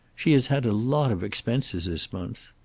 she has had a lot of expenses this month.